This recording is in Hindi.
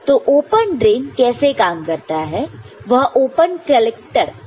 तो ओपन ड्रेन कैसे काम करता है वह ओपन कलेक्टर के समान ही है